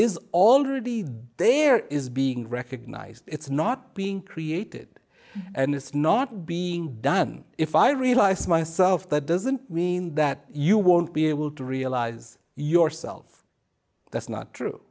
is already there is being recognized it's not being created and it's not be done if i realize myself that doesn't mean that you won't be able to realize yourself that's not true